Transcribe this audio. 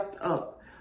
up